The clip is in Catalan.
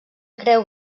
creu